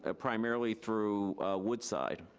ah primarily through woodside.